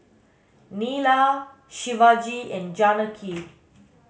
Neila Shivaji and Janaki